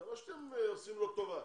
זה לא שאתם עושים לו טובה.